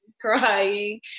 crying